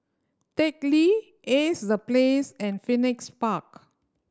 Teck Lee Ace The Place and Phoenix Park